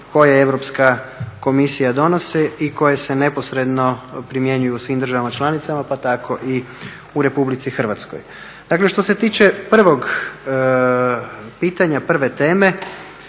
koje Europska komisija donosi i koje se neposredno primjenjuju u svim državama članicama pa tako i u RH. Dakle, što se tiče prvog pitanja, prve teme,